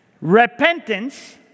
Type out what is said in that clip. Repentance